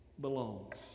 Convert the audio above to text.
belongs